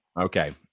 Okay